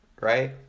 right